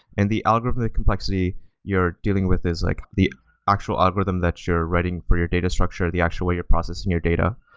and the algorithmic complexity you're dealing with is like the actual algorithm that you're writing for your data structure, the actual way you're processing your data.